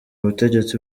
butegetsi